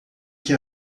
que